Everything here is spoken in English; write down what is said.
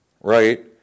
right